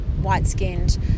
white-skinned